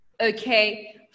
Okay